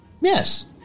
Yes